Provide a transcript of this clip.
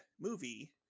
movie